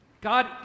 God